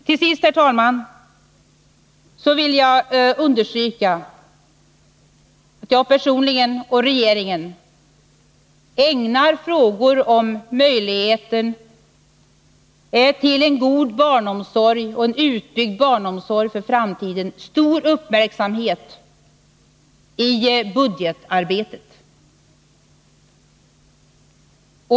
Till sist vill jag, herr talman, understryka att jag personligen och regeringen ägnar frågan om en god och för framtiden utbyggd barnomsorg stor uppmärksamhet i budgetarbetet.